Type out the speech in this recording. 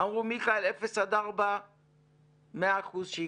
אמרו: מיכאל, אפס עד ארבעה קילומטר 100% שיקבלו,